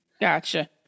Gotcha